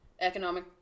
economic